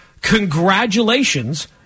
congratulations